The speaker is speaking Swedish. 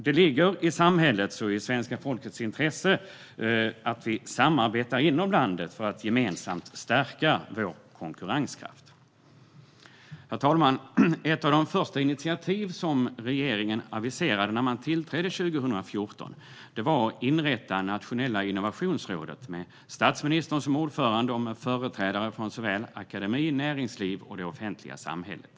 Det ligger i samhällets och svenska folkets intresse att vi samarbetar inom landet för att gemensamt stärka vår konkurrenskraft. Herr talman! Ett av de första initiativ som regeringen aviserade när man tillträdde 2014 var att inrätta Nationella innovationsrådet, med statsministern som ordförande och med företrädare från såväl akademi och näringsliv som från det offentliga samhället.